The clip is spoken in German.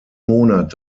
monat